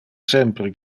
sempre